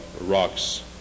rocks